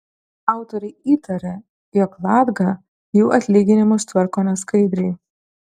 autoriai įtaria jog latga jų atlyginimus tvarko neskaidriai